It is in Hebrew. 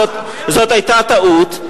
זאת היתה טעות.